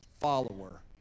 follower